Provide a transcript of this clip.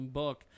book